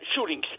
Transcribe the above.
Shootings